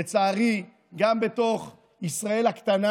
לצערי גם בישראל הקטנה,